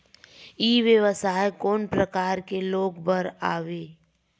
ई व्यवसाय कोन प्रकार के लोग बर आवे?